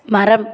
மரம்